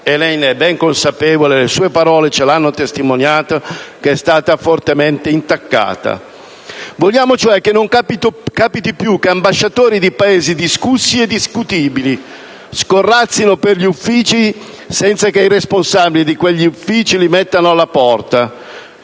e lei ne è ben consapevole, come le sue parole hanno testimoniato - che è stata fortemente intaccata. Vogliamo che non capiti più che ambasciatori di Paesi discussi e discutibili scorrazzino per gli uffici senza che i responsabili di quegli uffici li mettano alla porta,